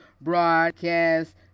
broadcast